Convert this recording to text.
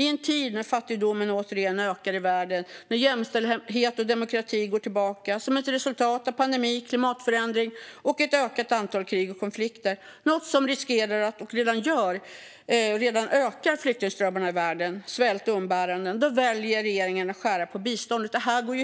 I en tid när fattigdomen återigen ökar i världen och jämställdheten och demokratin går tillbaka som ett resultat av pandemi, klimatförändring och ett ökat antal krig och konflikter, något som ökar flyktingströmmar, svält och umbäranden, väljer regeringen att skära ned på biståndet. Det går